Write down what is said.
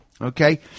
okay